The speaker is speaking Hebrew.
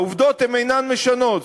העובדות אינן משנות,